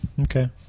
Okay